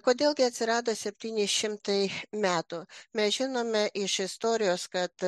kodėl gi atsirado septyni šimtai metų mes žinome iš istorijos kad